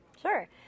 Sure